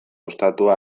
ostatua